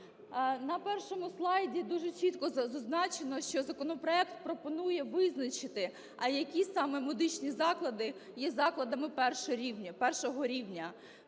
На першому слайді дуже чітко зазначено, що законопроект пропонує визначити, а які саме медичні заклади є закладами першого рівня.